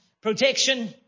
Protection